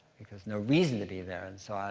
because no reason to be there. and so,